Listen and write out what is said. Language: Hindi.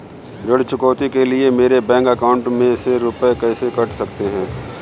ऋण चुकौती के लिए मेरे बैंक अकाउंट में से रुपए कैसे कट सकते हैं?